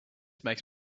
makes